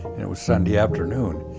it was sunday afternoon.